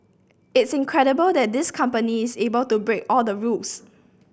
it's incredible that this company is able to break all the rules